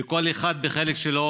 כל אחד בחלק שלו,